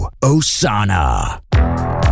Osana